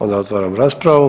Onda otvaram raspravu.